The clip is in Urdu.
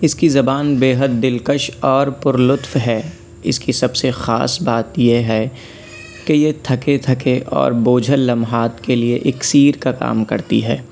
اِس كى زبان بےحد دلكش اور پُرلطف ہے اِس كى سب سے خاص بات یہ ہے کہ یہ تھکے تھکے اور بوجھل لمحات کے لیے اکسیر کا کام کرتی ہے